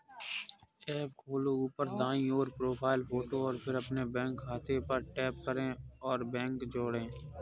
app खोलो, ऊपर दाईं ओर, प्रोफ़ाइल फ़ोटो और फिर अपने बैंक खाते पर टैप करें और बैंक जोड़ें